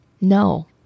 No